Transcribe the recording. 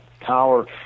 power